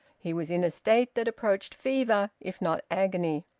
he was in a state that approached fever, if not agony.